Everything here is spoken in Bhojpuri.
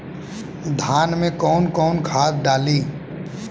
धान में कौन कौनखाद डाली?